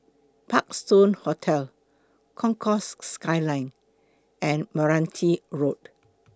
Parkstone Hotel Concourse Skyline and Meranti Road